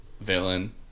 villain